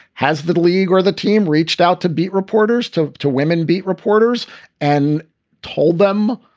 has the league or the team reached out to beat reporters to to women, beat reporters and told them,